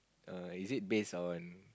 err is it based on